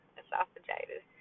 esophagitis